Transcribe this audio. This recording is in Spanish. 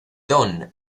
don